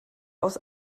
aus